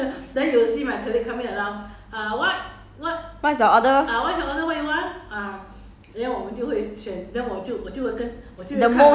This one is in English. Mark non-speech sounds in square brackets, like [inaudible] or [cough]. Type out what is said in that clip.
[laughs] what's your order